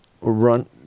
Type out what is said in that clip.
run